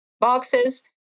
boxes